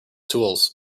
tools